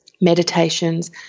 meditations